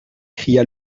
cria